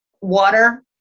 water